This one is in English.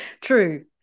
True